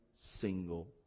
single